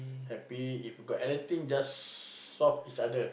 harpy if got anything just solve each other